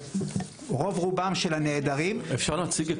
שרוב רובם של הנעדרים --- אפשר להציג את